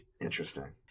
Interesting